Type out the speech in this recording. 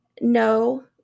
no